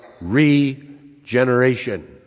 regeneration